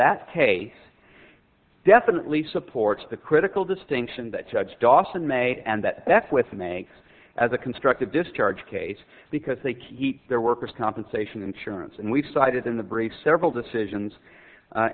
that day definitely supports the critical distinction that judge dawson made and that with me as a constructive discharge case because they keep their workers compensation insurance and we've cited in the briefs several decisions